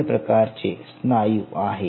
तीन प्रकारचे स्नायू आहेत